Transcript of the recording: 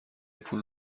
پول